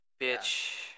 bitch